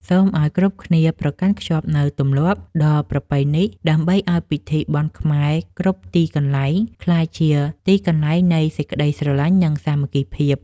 សូមឱ្យគ្រប់គ្នាប្រកាន់ខ្ជាប់នូវទម្លាប់ដ៏ប្រពៃនេះ ដើម្បីឱ្យពិធីបុណ្យខ្មែរគ្រប់ទីកន្លែងក្លាយជាទីកន្លែងនៃសេចក្តីស្រឡាញ់និងសាមគ្គីភាព។